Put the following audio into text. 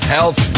Health